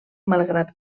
malgrat